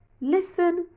listen